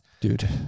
dude